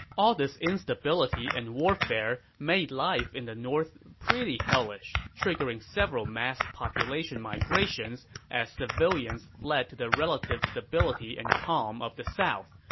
all this instability and warfare made life in the north pretty hellish, triggering several mass population migrations as civilians fled to the relative stability and calm of the south,